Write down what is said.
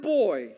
boy